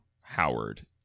Howard